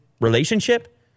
relationship